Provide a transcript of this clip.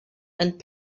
and